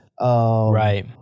Right